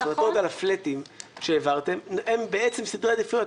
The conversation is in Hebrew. החלטות על הפלאטים שהעברתם הן בעצם סדרי העדיפויות.